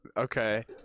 okay